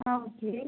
ஆ okay